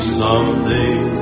someday